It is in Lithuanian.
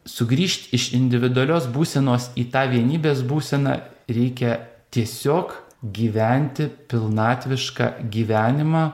sugrįžt iš individualios būsenos į tą vienybės būseną reikia tiesiog gyventi pilnatvišką gyvenimą